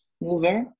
mover